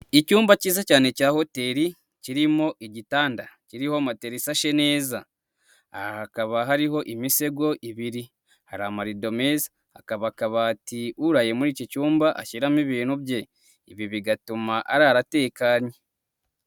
Icyumba cyiza cyane cya hoteli kirimo igitanda, kiriho matera isashe neza, aha hakaba hariho imitego ibiri, hari amarido meza, akaba akabati uraye muri iki cyumba ashyiramo ibintu bye, ibi bigatuma arara atekanye.